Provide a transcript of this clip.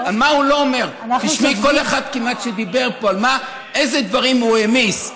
תשמעי, כל אחד שדיבר פה, איזה דברים הוא העמיס.